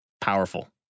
powerful